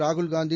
Rahul Gandhi